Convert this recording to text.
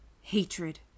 Hatred